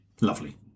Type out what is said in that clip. lovely